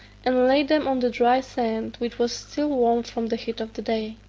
and lay them on the dry sand, which was still warm from the heat of the day.